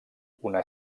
una